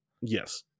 Yes